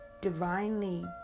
divinely